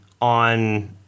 on